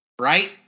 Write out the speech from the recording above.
right